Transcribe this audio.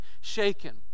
shaken